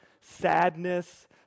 sadness